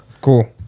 Cool